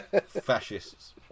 fascists